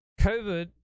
COVID